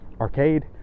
Arcade